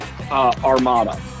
Armada